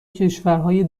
کشورهای